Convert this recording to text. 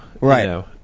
Right